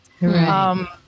Right